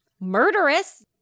murderous